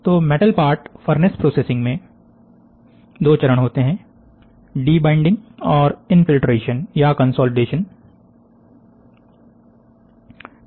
तो metal part furnace प्रोसेसिंगदो चरणों में होता है डीबाइंडिंग और इनफील्ट्रेशन या कंसोलिडेशन द्वारा